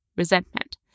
Resentment